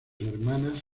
hermanas